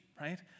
right